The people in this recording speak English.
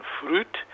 fruit